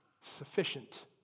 sufficient